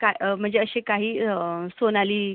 काय म्हणजे असे काही सोनाली